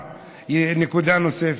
נקודה נוספת: